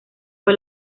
fue